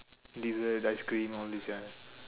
dessert ice cream all this ya